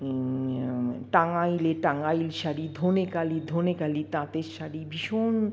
টাঙ্গাইলে টাঙ্গাইল শাড়ি ধনেখালি ধনেখালি তাঁতের শাড়ি ভীষণ